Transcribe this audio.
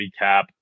recap